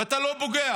ואתה לא פוגע.